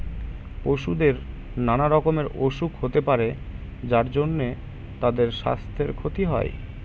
পশুদের নানা রকমের অসুখ হতে পারে যার জন্যে তাদের সাস্থের ক্ষতি হয়